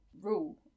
rule